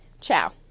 ciao